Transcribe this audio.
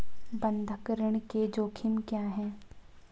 बंधक ऋण के जोखिम क्या हैं?